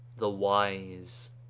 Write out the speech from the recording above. the wise.